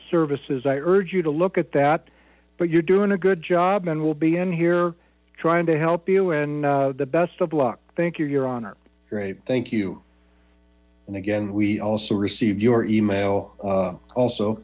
services i urge you to look at that but you're doing a good job and we'll be here trying to help you in the best of luck thank you your honor great thank you and again we also received your email also